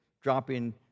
Dropping